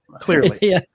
Clearly